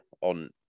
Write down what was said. on